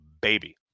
baby